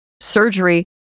surgery